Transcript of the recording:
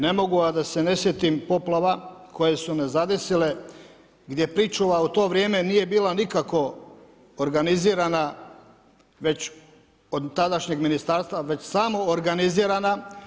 Ne mogu, a da se ne sjetim poplava koje su me zadesile, gdje pričuva u to vrijeme nije bila nikako organizirana od tadašnjeg ministarstva već samoorganizirana.